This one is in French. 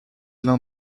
l’un